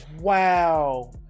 Wow